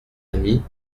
ami